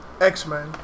X-Men